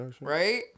Right